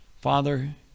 Father